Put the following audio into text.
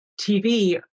TV